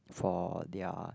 for their